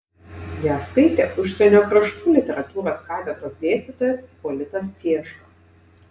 ją skaitė užsienio kraštų literatūros katedros dėstytojas ipolitas cieška